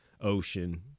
ocean